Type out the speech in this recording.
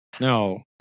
No